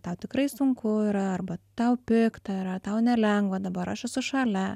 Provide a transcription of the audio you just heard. tau tikrai sunku yra arba tau pikta yra tau nelengva dabar aš esu šalia